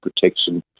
protection